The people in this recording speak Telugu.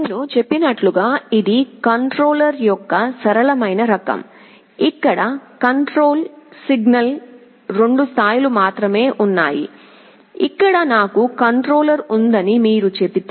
నేను చెప్పినట్లుగా ఇది కంట్రోలర్ యొక్క సరళమైన రకం ఇక్కడ కంట్రోల్ సిగ్నల్కు 2 స్థాయిలు మాత్రమే ఉన్నాయి ఇక్కడ నాకు కంట్రోలర్ ఉందని మీరు చెబితే